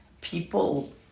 People